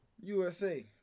USA